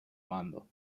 mando